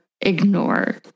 ignore